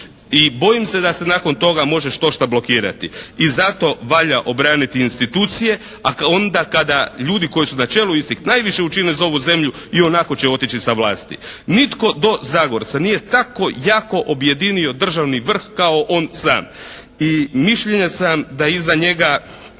I bojim se da se nakon toga može štošta blokirati. i zato valja obraniti institucije a onda kada ljudi koji su u načelu najviše učinili za ovu zemlju ionako će otići sa vlasti. Nitko do Zagorca nije tako jako objedinio državni vrh kao on sam. I mišljenja sam da iza njega